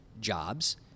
jobs